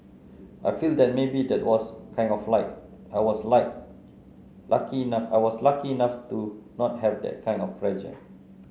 I feel that maybe that was kind of like I was like lucky enough I was lucky enough to not have that kind of pressure